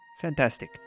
Fantastic